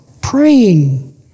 Praying